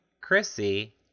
chrissy